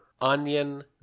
onion